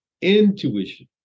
intuition